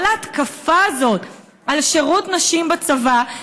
כל ההתקפה הזאת על שירות נשים בצבא,